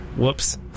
Whoops